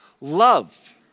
Love